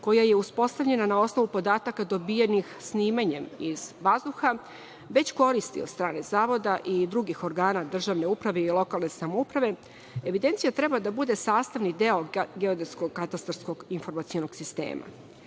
koja je uspostavljena na osnovu podataka dobijenih snimanjem iz vazduha, već koristi od strane zavoda i drugih organa državne uprave i lokalne samouprave, evidencija treba da bude sastavni deo geodetesko-katastarskog informacionog sistema.